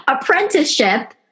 Apprenticeship